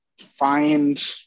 find